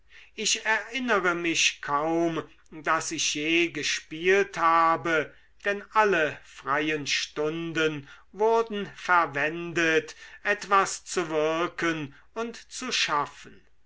ich erinnere mich kaum daß ich je gespielt habe denn alle freien stunden wurden verwendet etwas zu wirken und zu schaffen